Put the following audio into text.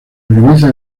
organiza